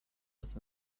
out